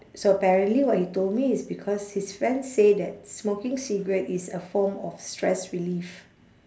so apparently what he told me is because his friend say that smoking cigarette is a form of stress relief